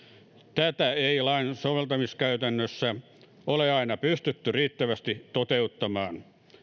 tätä ei lain soveltamiskäytännössä ole aina pystytty riittävästi toteuttamaan